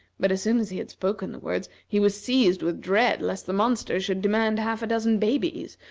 but as soon as he had spoken the words, he was seized with dread lest the monster should demand half a dozen babies,